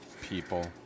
people